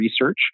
research